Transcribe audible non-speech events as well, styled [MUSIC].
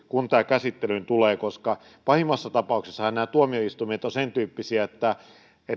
[UNINTELLIGIBLE] kun tämä käsittelyyn tulee koska pahimmassa tapauksessahan nämä tuomioistuimet ovat sen tyyppisiä että